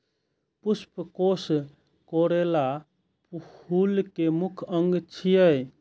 पुष्पकोष कोरोला फूल के मुख्य अंग छियै